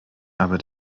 aber